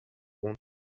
اون